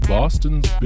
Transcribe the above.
Boston's